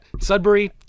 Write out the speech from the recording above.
Sudbury